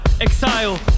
exile